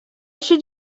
should